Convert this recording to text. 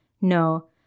no